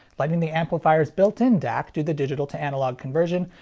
letting the amplifier's built-in dac do the digital to analog conversion,